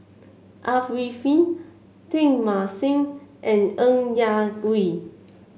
Arifin Teng Mah Seng and Ng Yak Whee